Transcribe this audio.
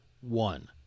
one